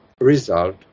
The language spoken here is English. result